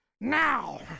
Now